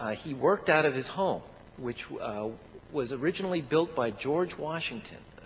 ah he worked out of his home which was originally built by george washington.